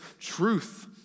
truth